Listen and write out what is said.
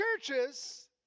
churches